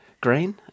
Green